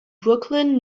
brooklyn